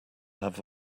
have